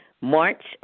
March